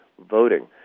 voting